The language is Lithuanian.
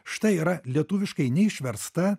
štai yra lietuviškai neišversta